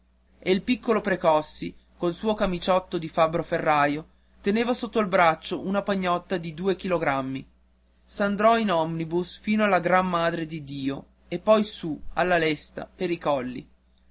e il piccolo precossi col suo camiciotto di fabbro ferraio teneva sotto il braccio una pagnotta di due chilogrammi s'andò in omnibus fino alla gran madre di dio e poi su alla lesta per i colli